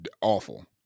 awful